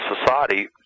society